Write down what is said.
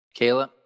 Kayla